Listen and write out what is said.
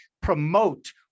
promote